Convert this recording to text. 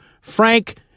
Frank